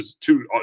two